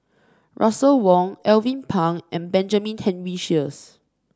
Russel Wong Alvin Pang and Benjamin Henry Sheares